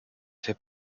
fais